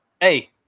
hey